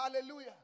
Hallelujah